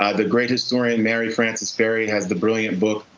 ah the great historian, mary frances berry, has the brilliant book,